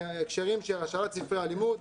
בהקשרים של השארת ספרי הלימוד,